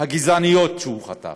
הגזעניות שהוא חטף,